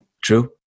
True